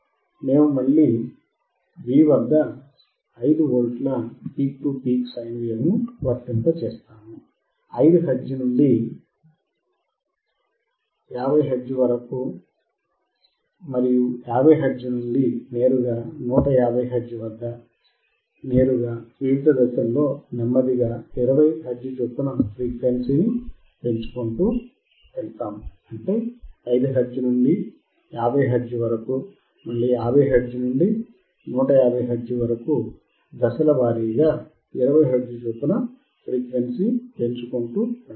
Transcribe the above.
మేము మళ్ళీ V వద్ద 5V peak to peak sine వేవ్ను వర్తింపజేస్తాము 5 హెర్ట్జ్ నుండి 50 హెర్ట్జ్ నుండి నేరుగా 150 హెర్ట్జ్ వద్ద నేరుగా మరియు వివిధ దశల్లో నెమ్మదిగా 20 హెర్ట్జ్ చొప్పున ఫ్రీక్వెన్సీని పెంచుతాము